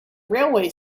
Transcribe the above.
railway